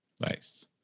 Nice